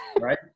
right